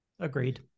Agreed